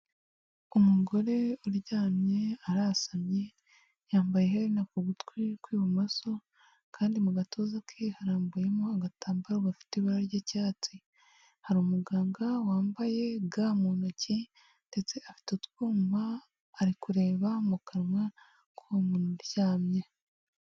Umugore uryamye arasamye, yambaye iherena ku gutwi kw'ibumoso kandi mu gatuza ke harambuyemo agatambaro gafite ibara ry'icyatsi, hari umuganga wambaye ga mu ntoki ndetse afite utwuma ari kureba mu kanwa k'uwo muntu uryamye.